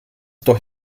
doch